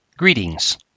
Greetings